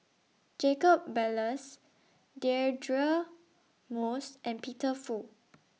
Jacob Ballas Deirdre Moss and Peter Fu